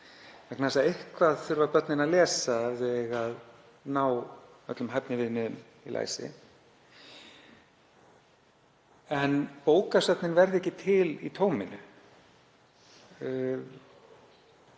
vegna þess að eitthvað þurfa að börnin að lesa ef þau eiga að ná öllum hæfniviðmiðum í læsi. En bókasöfnin verða ekki til í tóminu.